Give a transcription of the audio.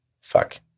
fuck